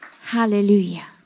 Hallelujah